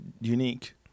unique